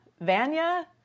Vanya